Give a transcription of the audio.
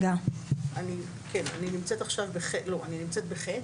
לא, אני נמצאת ב-(ח)